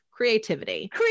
creativity